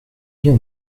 bien